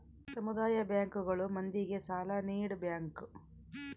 ಸಮುದಾಯ ಬ್ಯಾಂಕ್ ಗಳು ಮಂದಿಗೆ ಸಾಲ ನೀಡ ಬ್ಯಾಂಕ್